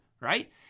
right